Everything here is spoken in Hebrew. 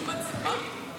התשפ"ג 2023,